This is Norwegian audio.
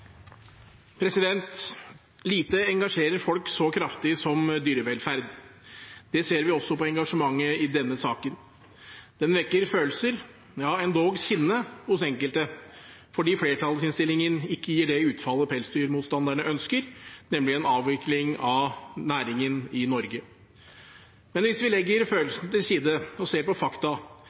ser vi også på engasjementet i denne saken. Den vekker følelser, ja endog sinne hos enkelte, fordi flertallsinnstillingen ikke gir det utfallet pelsdyrmotstanderne ønsker, nemlig en avvikling av næringen i Norge. Men hvis vi legger følelsene til side og ser på fakta,